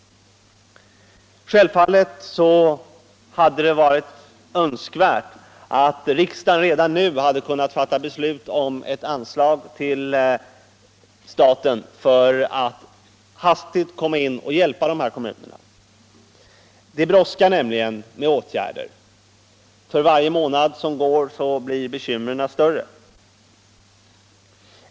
Självfallet hade det varit önskvärt att riksdagen redan nu kunnat fatta beslut om ett anslag från staten för att hastigt träda till och hjälpa dessa kommuner. Det brådskar nämligen med åtgärder. För varje månad som går blir bekymren större.